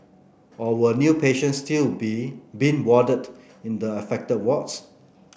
or were new patients still being be warded in the affected wards